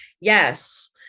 Yes